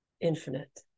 infinite